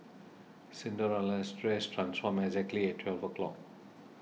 Cinderella's dress transformed exactly at twelve o' clock